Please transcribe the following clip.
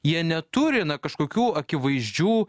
jie neturi na kažkokių akivaizdžių